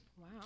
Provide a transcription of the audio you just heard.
Wow